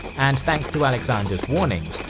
and thanks to alexander's warnings,